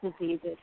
diseases